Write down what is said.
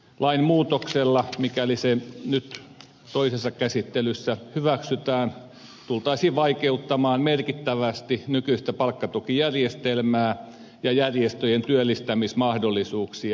lainmuutoksella mikäli se nyt toisessa käsittelyssä hyväksytään tultaisiin vaikeuttamaan merkittävästi nykyistä palkkatukijärjestelmää ja järjestöjen työllistämismahdollisuuksia